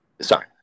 Sorry